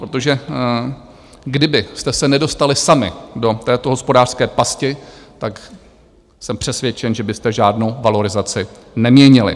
Protože kdybyste se nedostali sami do této hospodářské pasti, tak jsem přesvědčen, že byste žádnou valorizaci neměnili.